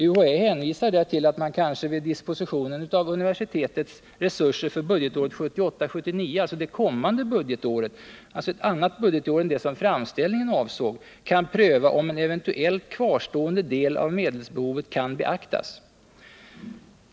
UHÄ hänvisar till att man kanske vid disposition av universitetets resurser för budgetåret 1978/79, alltså ett annat budgetår än det framställningen avsåg, kan pröva om en eventuell kvarstående del av medelsbehovet kan beaktas.